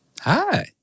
Hi